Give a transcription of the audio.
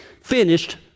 finished